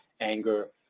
anger